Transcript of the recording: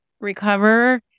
recover